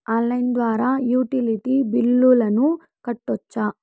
Online ద్వారా utility బిల్లులను కట్టొచ్చా?